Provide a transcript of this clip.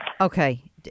Okay